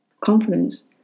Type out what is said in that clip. Confidence